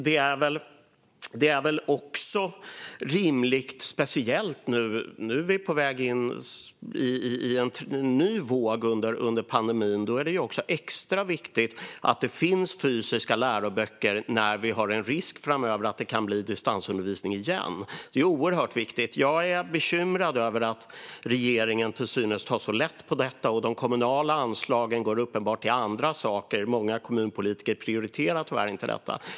Det är väl också rimligt, och extra viktigt, att det finns fysiska läroböcker nu när vi är på väg in i en ny våg under pandemin. Det finns ju en risk att det kan bli distansundervisning igen framöver, och därför är det oerhört viktigt. Jag är bekymrad över att regeringen till synes tar så lätt på detta. De kommunala anslagen går uppenbarligen till andra saker, för många kommunpolitiker prioriterar tyvärr inte detta.